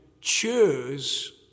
choose